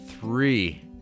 three